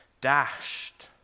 dashed